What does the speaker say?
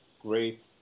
great